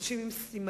אנשים עם סימנים.